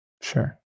Sure